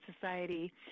society